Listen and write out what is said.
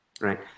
right